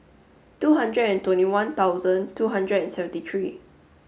two hundred and twenty one thousand two hundred and seventy three